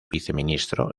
viceministro